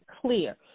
clear